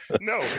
No